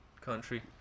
country